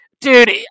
dude